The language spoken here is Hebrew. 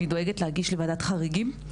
אני דואגת להגיש לוועדת חריגים.